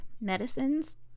medicines